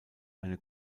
eine